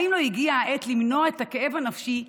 האם לא הגיעה העת למנוע את הכאב הנפשי,